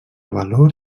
valor